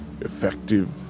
effective